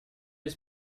was